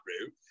route